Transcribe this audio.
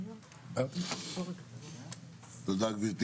תודה, גבירתי